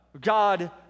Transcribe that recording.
God